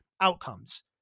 outcomes